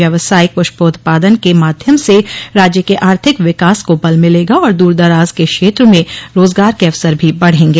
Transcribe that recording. व्यावसायिक प्रष्पोत्पादन के माध्यम से राज्य के आर्थिक विकास को बल मिलेगा और दूर दराज के क्षेत्र में रोजगार के अवसर भी बढ़ेंगे